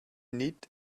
need